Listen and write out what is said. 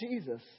Jesus